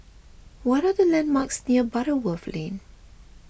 what are the landmarks near Butterworth Lane